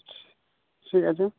ঠিক আছে